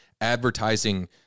advertising